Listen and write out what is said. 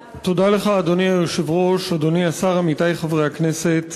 אדוני היושב-ראש, אדוני השר, עמיתי חברי הכנסת,